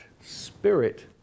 spirit